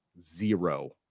zero